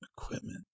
equipment